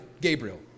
Gabriel